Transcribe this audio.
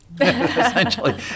essentially